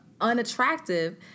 unattractive